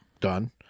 Done